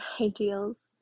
ideals